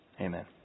amen